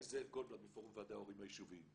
אני זאב גולדבלט, מפורום ועדי ההורים היישוביים.